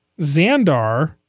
Xandar